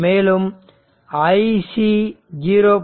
மேலும் iC0 0